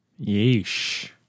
yeesh